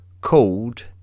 called